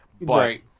Right